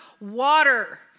water